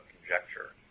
conjecture